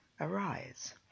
arise